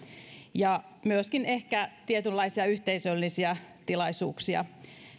ja myöskin ehkä tietynlaisia yhteisöllisiä tilaisuuksia